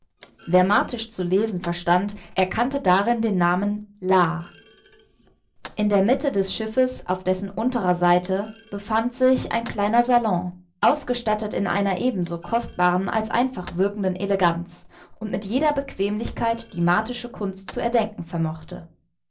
wer martisch zu lesen verstand erkannte darin den namen la in der mitte des schiffes auf dessen unterer seite befand sich ein kleiner salon ausgestattet in einer ebenso kostbaren als einfach wirkenden eleganz und mit jeder bequemlichkeit die martische kunst zu erdenken vermochte